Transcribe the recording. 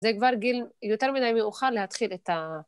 זה כבר גיל יותר מדי מאוחר להתחיל את ה...